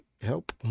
help